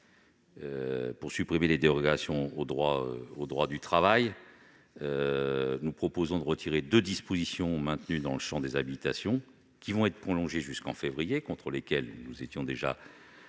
à supprimer des dérogations au droit du travail. Nous proposons de retirer deux dispositions maintenues dans le champ des habilitations qui vont être prolongées jusqu'en février et auxquelles nous étions opposés